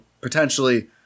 potentially